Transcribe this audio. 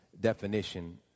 definition